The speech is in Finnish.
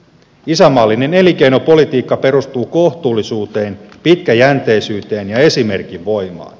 isänmaallinen elinkeinopolitiikka perustuu kohtuullisuuteen pitkäjänteisyyteen ja esimerkin voimaan